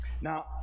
now